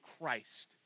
Christ